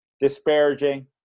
disparaging